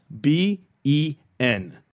B-E-N